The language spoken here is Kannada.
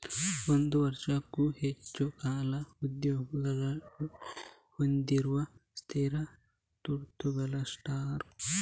ಒಂದು ವರ್ಷಕ್ಕೂ ಹೆಚ್ಚು ಕಾಲ ಉದ್ಯಮಗಳು ಹೊಂದಿರುವ ಸ್ಥಿರ ಸ್ವತ್ತುಗಳ ಸ್ಟಾಕ್